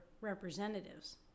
representatives